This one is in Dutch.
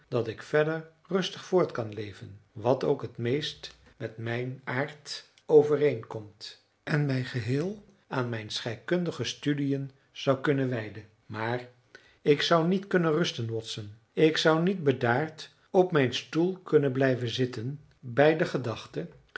dat ik verder rustig voort kan leven wat ook het meest met mijn aard overeenkomt en mij geheel aan mijn scheikundige studiën zou kunnen wijden maar ik zou niet kunnen rusten watson ik zou niet bedaard op mijn stoel kunnen blijven zitten bij de gedachte